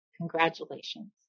Congratulations